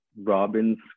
Robin's